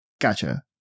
Gotcha